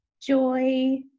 joy